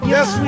Yes